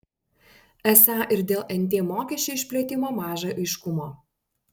esą ir dėl nt mokesčio išplėtimo maža aiškumo